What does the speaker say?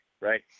right